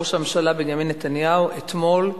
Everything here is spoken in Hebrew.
ראש הממשלה בנימין נתניהו אתמול אמר,